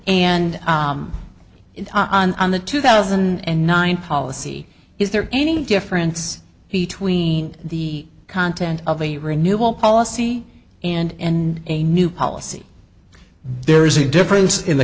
and on on the two thousand and nine policy is there any difference between the content of a renewal policy and a new policy there is a difference in the